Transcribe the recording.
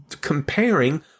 comparing